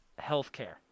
healthcare